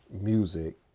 music